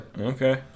Okay